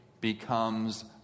becomes